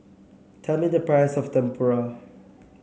tell me the price of Tempura